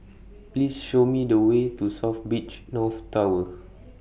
Please Show Me The Way to South Beach North Tower